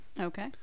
Okay